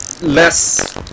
Less